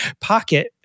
pocket